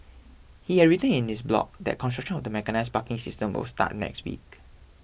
he had written in his blog that construction of the mechanised parking system will start next week